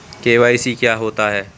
KYC क्या होता है?